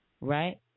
right